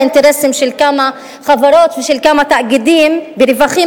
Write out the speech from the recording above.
היות שהאינטרסים של כמה חברות ושל כמה תאגידים ברווחים